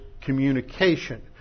communication